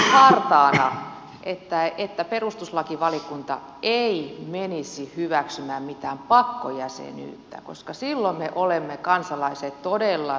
minä toivon hartaana että perustuslakivaliokunta ei menisi hyväksymään mitään pakkojäsenyyttä koska silloin me kansalaiset olemme todella suossa ja sopassa